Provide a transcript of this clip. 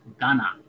Ghana